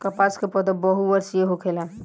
कपास के पौधा बहुवर्षीय होखेला